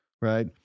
right